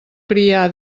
crià